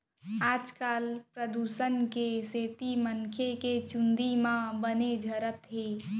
आजकाल परदूसन के सेती मनसे के चूंदी मन बने झरत हें